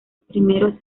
primeros